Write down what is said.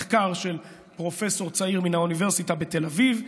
מחקר של פרופסור צעיר מן האוניברסיטה בתל אביב.